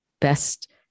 best